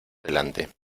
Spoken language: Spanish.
delante